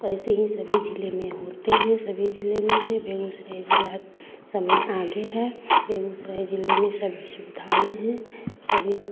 ऐसे ही सभी ज़िले में होते हैं सभी ज़िले में हैं बेगूसराय ज़िला सबमें आगे है बेगूसराय ज़िले में सभी सुविधाएँ हैं सभी